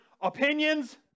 opinions